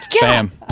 bam